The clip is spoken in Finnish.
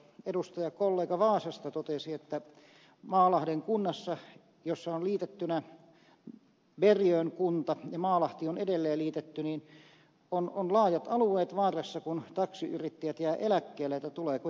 edustajakollega vaasasta totesi että maalahden kunnassa jossa ovat liitettyinä bergön kunta ja edelleen maalahti ovat laajat alueet vaarassa kun taksiyrittäjät jäävät eläkkeelle tuleeko jatkajaa